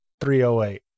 308